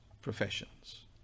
professions